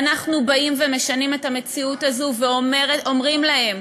ואנחנו באים ומשנים את המציאות הזו ואומרים להם: